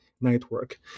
network